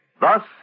Thus